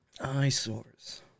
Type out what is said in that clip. Eyesores